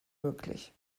möglich